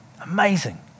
Amazing